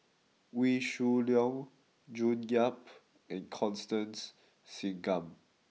Wee Shoo Leong June Yap and Constance Singam